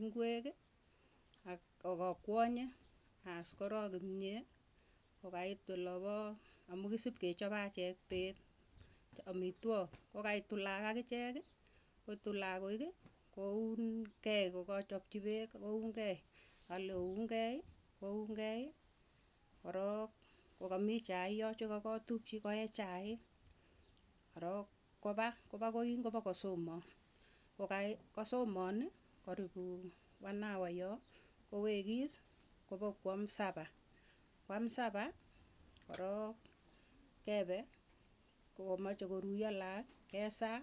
Ingwek ak akakwanye as, korok kimyet, kokait ola pa amu kisipkechope achek pet amitwokik kokaitu laak akichek, koitu lakoik ii, kouun kei kokachapchi peek, kounkei ale ouunkei, kounkei korok kokamii chai yo chekakatukchi koee chaik, korok kopa kopa koin kopakosoman, koka kosoman karipu wan hawa yo, kowekis kopokwam sapa, kwam sapa korook kepe kokamache koruiyo laak ke saa,